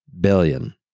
billion